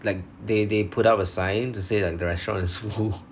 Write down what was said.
like they they put up a sign to say like the restaurant is full